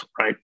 Right